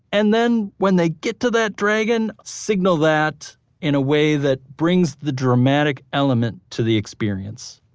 and then, when they get to that dragon, signal that in a way that brings the dramatic elements to the experience